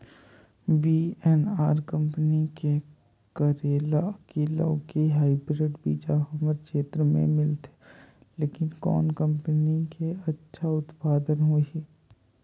VNR company के करेला की लौकी हाईब्रिड बीजा हमर क्षेत्र मे मिलथे, लेकिन कौन कंपनी के अच्छा उत्पादन होही?